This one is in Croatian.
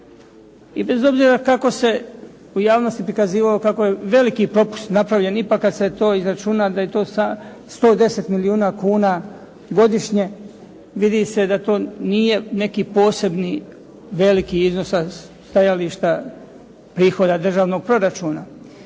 I bez obzira kako se u javnosti prikazivalo kako je velik propust napravljen, ipak kada se to izračuna da je to 110 milijuna kuna godišnje, vidi se da to nije neki veliki iznos sa stajališta prihoda državnog proračuna.